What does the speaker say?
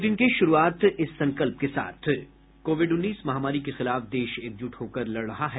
bulletin की श्रूआत इस संकल्प के साथ कोविड उन्नीस महामारी के खिलाफ देश एकजुट होकर लड़ रहा है